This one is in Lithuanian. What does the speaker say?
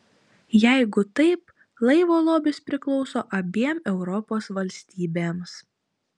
jeigu taip laivo lobis priklauso abiem europos valstybėms